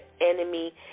enemy